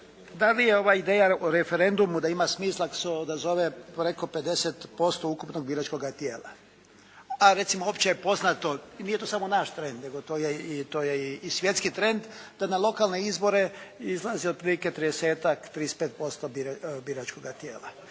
Da li je ova ideja o referendumu da ima smisla ako se odazove preko 50% ukupnog biračkog tijela, a recimo opće je poznato i nije to samo naš trend nego to je i svjetski trend da na lokalne izbore izlazi otprilike tridesetak, 35% biračkoga tijela.